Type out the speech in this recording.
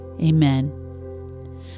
Amen